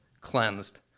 cleansed